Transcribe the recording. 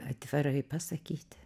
atvirai pasakyti